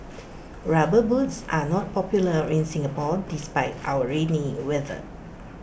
rubber boots are not popular in Singapore despite our rainy weather